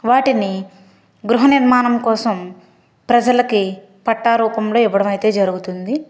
వాటిని గృహ నిర్మాణం కోసం ప్రజలకి పట్టారూపంలో ఇవ్వడమైతే జరుగుతుంది